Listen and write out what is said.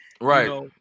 right